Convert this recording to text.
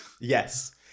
Yes